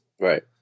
Right